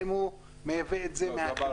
האם הוא מייבא את זה מהחברה?